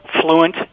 fluent